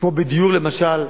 כמו בדיור, למשל,